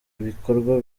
bikorwa